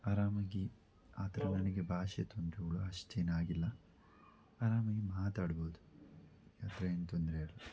ಆರಾಮಾಗಿ ಆ ಥರ ನನಗೆ ಭಾಷೆ ತೊಂದರೆಗಳು ಅಷ್ಟೇನೂ ಆಗಿಲ್ಲ ಆರಾಮಾಗಿ ಮಾತಾಡ್ಬೌದು ಆ ಥರ ಏನೂ ತೊಂದರೆ ಇಲ್ಲ